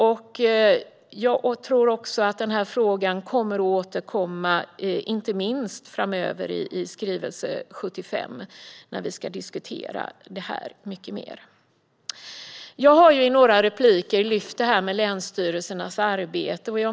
Jag tror att frågan kommer att återkomma framöver, inte minst i skrivelse 75. Då ska vi diskutera det mycket mer. Jag har i några repliker lyft upp länsstyrelsernas arbete.